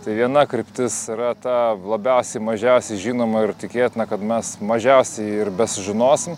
tai viena kryptis yra ta labiausiai mažiausiai žinoma ir tikėtina kad mes mažiausiai ir besužinosim